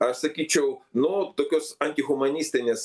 aš sakyčiau nu tokios antihumanistinės